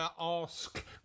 ask